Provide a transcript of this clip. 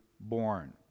born